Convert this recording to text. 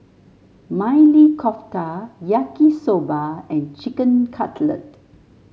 Maili Kofta Yaki Soba and Chicken Cutlet